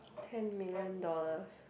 ten million dollars